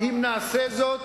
אם נעשה זאת,